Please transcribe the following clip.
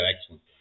excellent